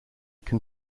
can